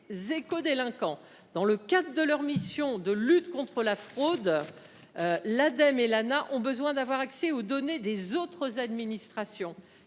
écodélinquants. Dans le cadre de leur mission de lutte contre la fraude, l’Ademe et l’Anah doivent avoir accès aux données des autres administrations.